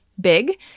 big